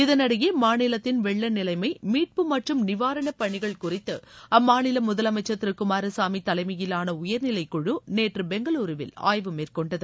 இதனிடையே மாநிலத்தின் வெள்ள நிலைமை மீட்பு மற்றும் நிவாரணப் பணிகள் குறித்து அம்மாநில முதலமைச்சர் திரு குமாரசாமி தலைமையிலான உயர்நிலை குழு நேற்று பெங்களூருவில் ஆய்வு மேற்கொண்டது